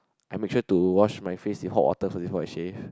I make sure to wash my face with hot water first before I shave